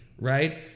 right